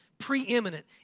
preeminent